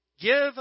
give